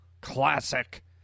classic